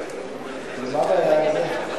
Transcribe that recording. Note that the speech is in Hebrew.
מה הבעיה עם זה?